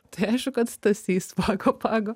tai aišku kad stasys pago pago